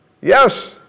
Yes